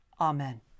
Amen